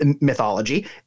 mythology